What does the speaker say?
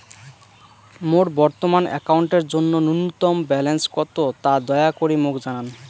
মোর বর্তমান অ্যাকাউন্টের জন্য ন্যূনতম ব্যালেন্স কত তা দয়া করি মোক জানান